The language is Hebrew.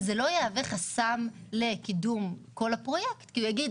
זה לא יהווה חסם לקידום כל הפרויקט כי הוא יגיד,